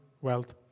wealth